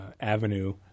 avenue